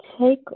take